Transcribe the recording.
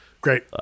Great